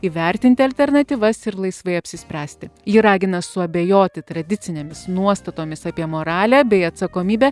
įvertinti alternatyvas ir laisvai apsispręsti ji ragina suabejoti tradicinėmis nuostatomis apie moralę bei atsakomybę